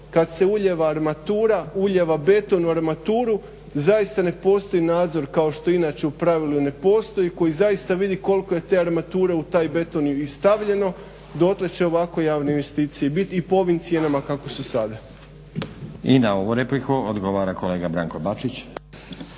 kada se uljeva armatura uljeva beton u armaturu zaista ne postoji nadzor kao što inače u pravilu ne postoji koji zaista vidi koliko je te armature u taj beton i stavljeno dotle će ovako javne investicije biti i po ovim cijenama kakve su sada. **Stazić, Nenad (SDP)** I na ovu repliku odgovara kolega Branko Bačić.